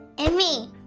and me.